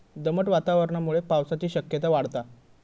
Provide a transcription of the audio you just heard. दमट वातावरणामुळे पावसाची शक्यता वाढता